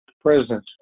President